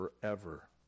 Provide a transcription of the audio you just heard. forever